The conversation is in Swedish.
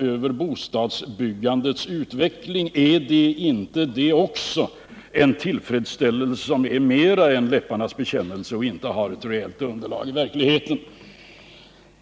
över bostadsbyggandets utveckling. Är inte också det en tillfredsställelse som är mera en läpparnas bekännelse och inte har ett reellt underlag i verkligheten?